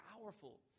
powerful